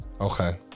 Okay